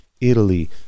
Italy